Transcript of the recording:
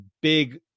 big